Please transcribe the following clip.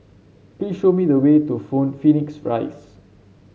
please show me the way to Phone Phoenix Rise